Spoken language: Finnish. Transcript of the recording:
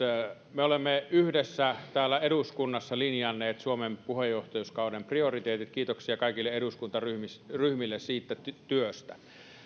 me olemme yhdessä täällä eduskunnassa linjanneet suomen puheenjohtajuuskauden prioriteetit kiitoksia kaikille eduskuntaryhmille siitä työstä